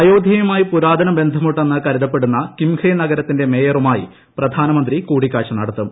അയോദ്ധ്യയുമായി പുരാതന ബിസ്ടുമുണ്ടെന്ന് കരുതപ്പെടുന്ന കിംഹേ നഗരത്തിന്റെ മേയറുമായി പ്രഢ്നമുന്തി കൂടിക്കാഴ്ച നടത്തും